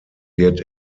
wird